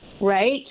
Right